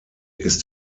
ist